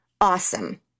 awesome